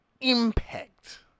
impact